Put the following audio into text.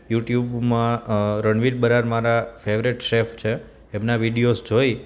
you ટ્યુબમાં રનવીર બરાર મારા favourite chef છે એમના વિડીયો જોઈ